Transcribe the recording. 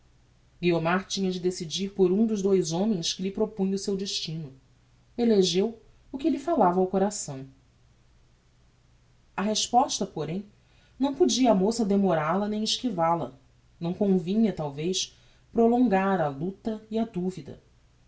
guiomar tinha de decidir por um dos dous homens que lhe propunha o seu destino elegeu o que lhe falava ao coração a resposta porém não podia a moça demoral a nem esquival a não convinha talvez prolongar a luta e a duvida